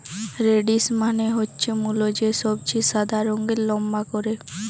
radish মানে হচ্ছে মুলো, যে সবজি সাদা রঙের লম্বা করে